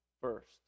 first